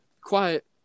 quiet